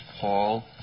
Paul